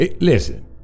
Listen